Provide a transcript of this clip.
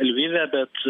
lvive bet